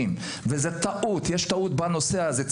וזה טעות יש טעות בנושא הזה,